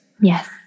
Yes